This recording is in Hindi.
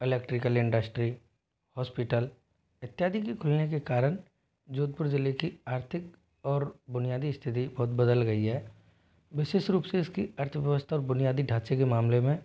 इलेक्ट्रिकल इंडस्ट्री हॉस्पिटल इत्यादि के खुलने के कारण जोधपुर ज़िले की आर्थिक और बुनियादी स्थिति बहुत बदल गई है विशेष रूप से इस की अर्थव्यवस्था और बुनियादी ढाँचे के मामले में